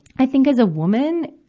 i think, as a woman,